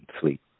fleet